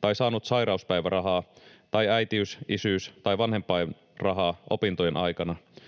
tai saanut sairauspäivärahaa tai äitiys-, isyys- tai vanhempainrahaa opintojen aikana.